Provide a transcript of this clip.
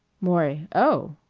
maury oh!